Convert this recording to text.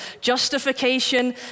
Justification